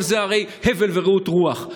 כל זה הרי הבל ורעות רוח.